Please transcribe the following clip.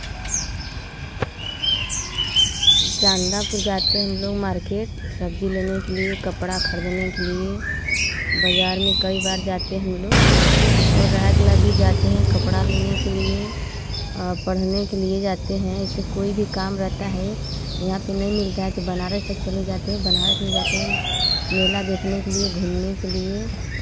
चांदापुर जाते हम लोग मार्केट सब्ज़ी लेने के लिए कपड़ा खरीदने के लिए बजार में कई बार जाते हम लोग और रात में भी जाते हैं कपड़ा लेने के लिए पढ़ने के लिए जाते हैं इससे कोई भी काम रहता है यहाँ पर नहीं मिलता है तो बनारस तक चले जाते हैं बनारस में जाते हैं मेला देखने के लिए घूमने के लिए